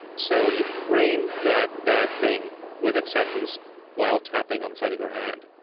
so you frame that bad thing with acceptance while tapping on the side of your hand.